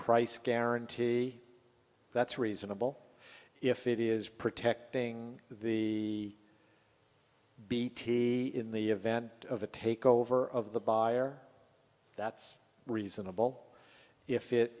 price guarantee that's reasonable if it is protecting the bt in the event of a takeover of the buyer that's reasonable if it